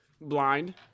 Blind